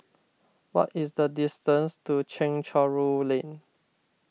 what is the distance to Chencharu Lane